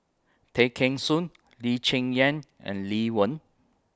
Tay Kheng Soon Lee Cheng Yan and Lee Wen